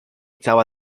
cała